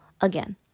again